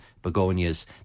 begonias